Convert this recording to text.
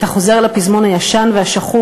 אתה חוזר על הפזמון הישן והשחוק,